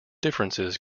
differences